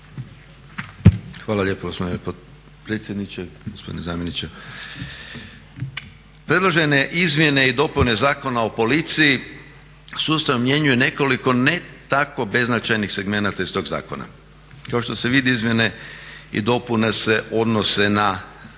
Hvala lijepo gospodine potpredsjedniče, gospodine zamjeniče. Predložene izmjene i dopune Zakona o policiji, sustavno mijenjaju nekoliko ne tako beznačajnih segmenata iz tog zakona. Kao što se vidi izmjene i dopune se odnose na